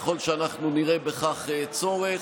ככל שאנחנו נראה בכך צורך,